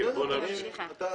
בואו נמשיך.